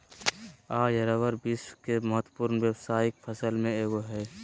आज रबर विश्व के महत्वपूर्ण व्यावसायिक फसल में एगो हइ